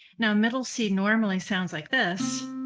now middle c normally sounds like this,